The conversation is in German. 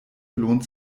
lohnt